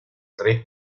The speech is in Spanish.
tres